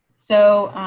so,